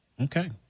Okay